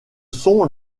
son